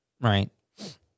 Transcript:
right